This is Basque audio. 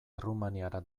errumaniara